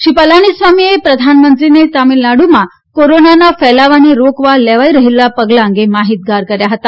શ્રી પલાની સ્વામીએ પ્રધાનમંત્રીને તામીલનાડુમાં કોરોના ફેલાવાને રોકવા લેવાઇ રહેલા પગલા અંગે માહિતગાર કર્યા હતા